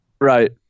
Right